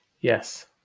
Yes